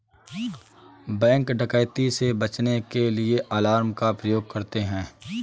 bank डकैती से बचने के लिए अलार्म का प्रयोग करते है